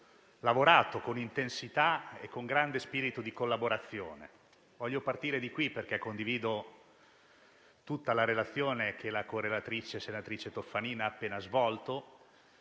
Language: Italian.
lavorato con intensità e con grande spirito di collaborazione. Voglio partire da questo primo ragionamento, condividendo tutta la relazione che la correlatrice senatrice Toffanin ha appena svolto,